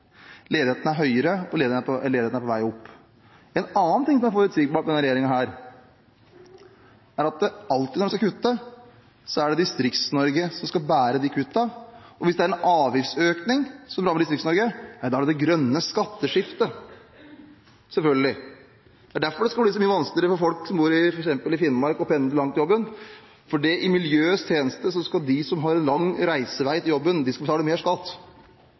Ledigheten er høyere, eller ledigheten er på vei opp. En annen ting som er forutsigbart med denne regjeringen, er at alltid når en skal kutte, så er det Distrikts-Norge som skal bære de kuttene. Og hvis det er en avgiftsøkning som rammer Distrikts-Norge – nei da er det det grønne skatteskiftet, selvfølgelig. Det er derfor det skal bli så mye vanskeligere for folk som bor i f.eks. Finnmark, å pendle langt til jobben. I miljøets tjeneste skal de som har en lang reisevei til jobben, betale mer skatt.